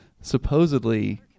Supposedly